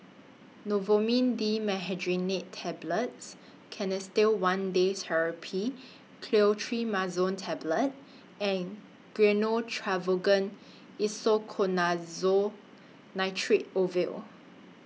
Novomin Dimenhydrinate Tablets Canesten one Day Therapy Clotrimazole Tablet and Gyno Travogen Isoconazole Nitrate Ovule